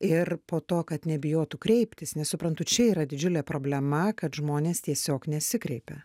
ir po to kad nebijotų kreiptis nes suprantu čia yra didžiulė problema kad žmonės tiesiog nesikreipia